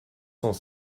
cent